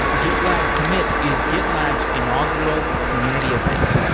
gitlab commit is gitlab's inaugural community event.